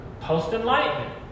post-Enlightenment